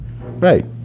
Right